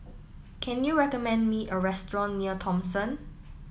can you recommend me a restaurant near Thomson